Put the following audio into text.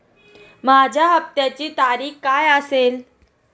माझ्या हप्त्याची तारीख काय असेल?